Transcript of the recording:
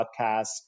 podcast